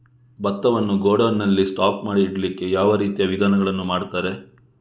ಭತ್ತವನ್ನು ಗೋಡೌನ್ ನಲ್ಲಿ ಸ್ಟಾಕ್ ಮಾಡಿ ಇಡ್ಲಿಕ್ಕೆ ಯಾವ ರೀತಿಯ ವಿಧಾನಗಳನ್ನು ಮಾಡ್ತಾರೆ?